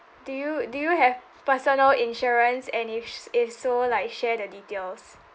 do you do you have personal insurance and if if so like share the details